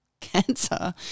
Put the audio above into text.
cancer